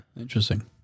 Interesting